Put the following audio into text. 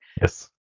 Yes